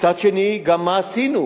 מצד שני, גם מה עשינו?